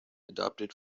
adapted